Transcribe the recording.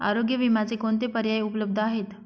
आरोग्य विम्याचे कोणते पर्याय उपलब्ध आहेत?